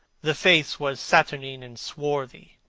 the face was saturnine and swarthy,